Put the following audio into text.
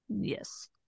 Yes